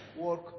work